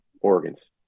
organs